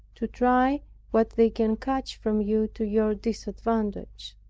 to try what they can catch from you to your disadvantage.